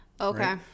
Okay